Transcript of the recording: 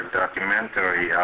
documentary